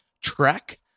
trek